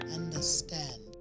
understand